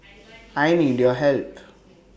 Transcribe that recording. I need your help